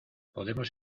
podemos